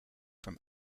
from